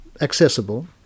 Accessible